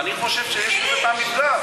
אני חושב שיש בזה טעם לפגם,